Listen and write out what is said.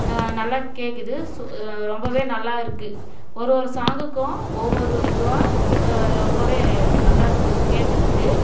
நல்லா கேட்குது ஸோ ரொம்பவே நல்லா இருக்குது ஒரு ஒரு சாங்குக்கும் ஒவ்வொரு இதுவாக ரொம்பவே நல்லாயிருக்கு கேட்குறதுக்கு